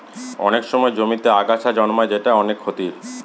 অনেক সময় জমিতে আগাছা জন্মায় যেটা অনেক ক্ষতির